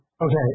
Okay